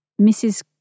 Mrs